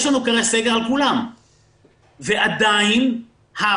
יש לנו כרגע סגר על כולם ועדיין הרוב